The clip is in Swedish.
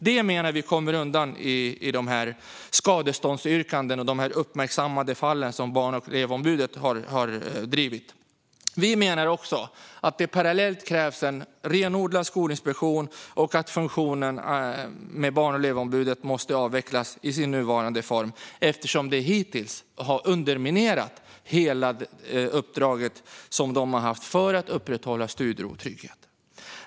Vi menar att detta inte kommer med i skadeståndsyrkandena och i de uppmärksammade fall som Barn och elevombudet har drivit. Vi menar att det parallellt krävs en renodlad skolinspektion och att funktionen Barn och elevombudet i dess nuvarande form måste avvecklas eftersom den hittills har underminerat hela uppdraget att upprätthålla studiero och trygghet.